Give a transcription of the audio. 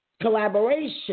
collaboration